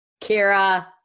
Kira